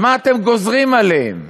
אז מה אתם גוזרים עליהם?